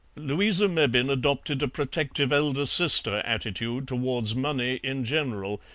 louisa mebbin adopted a protective elder-sister attitude towards money in general,